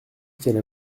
qu’elle